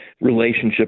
relationship